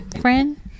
friend